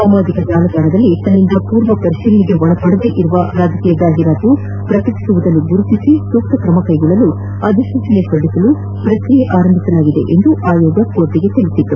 ಸಾಮಾಜಕ ಜಾಲತಾಣದಲ್ಲಿ ತನ್ನಿಂದ ಪೂರ್ವ ಪರಿಶೀಲನೆಗೆ ಒಳಪಡದ ರಾಜಕೀಯ ಜಾಹಿರಾತು ಪ್ರಕಟಿಸುವುದನ್ನು ಗುರುತಿಸಿ ಸೂಕ್ಷಕಮ ಕೈಗೊಳ್ಳಲು ಅಧಿಸೂಚನೆ ಹೊರಡಿಸಲು ಪ್ರಕ್ರಿಯೆ ಆರಂಭಿಸಲಾಗಿದೆ ಎಂದು ಆಯೋಗ ನ್ಯಾಯಾಲಯಕ್ಕೆ ತಿಳಿಸಿದೆ